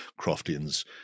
Croftians